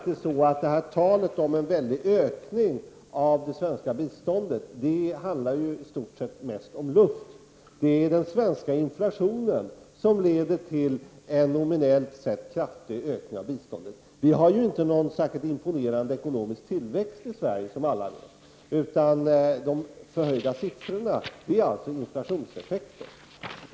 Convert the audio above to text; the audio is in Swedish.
Talet om en väldig ökning av det svenska biståndet består mest av luft. Det är den svenska inflationen som leder till en nominellt sett kraftig ökning av biståndet. Vi har ju inte någon särskilt imponerande ekonomisk tillväxt i Sverige, utan de höga siffrorna är en följd av inflationseffekten.